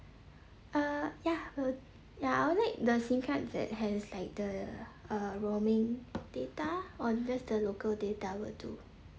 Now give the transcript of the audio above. uh ya uh ya I would like the SIM card that has like the uh roaming data or just the local data would do